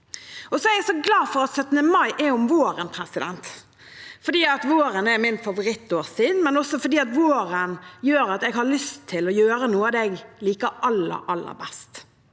Jeg er også glad for at 17. mai er om våren. Det er fordi våren er min favorittårstid, men også fordi våren gjør at jeg har lyst til å gjøre noe av det jeg liker aller, aller best,